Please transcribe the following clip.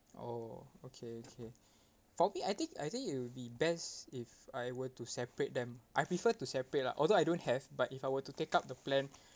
oh okay okay for me I think I think it will be best if I were to separate them I prefer to separate lah although I don't have but if I were to take up the plan